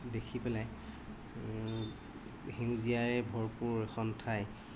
দেখি পেলাই সেউজীয়াৰে ভৰপূৰ এখন ঠাই